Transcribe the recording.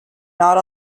not